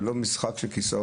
זה לא משחק של כיסאות?